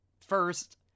First